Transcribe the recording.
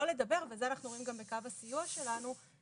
את זה אנחנו רואים גם בקו הסיוע שלנו,